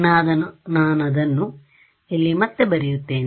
ಆದ್ದರಿಂದ ನಾನು ಅದನ್ನು ಇಲ್ಲಿ ಮತ್ತೆ ಬರೆಯುತ್ತೇನೆ